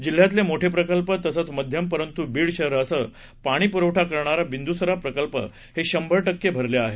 जिल्ह्यातले मोठे प्रकल्प तसंच मध्यम परंतु बीड शहरास पाणी पुरवठा करणारा बिंदुसरा प्रकल्प हे शंभर टक्के भरले आहेत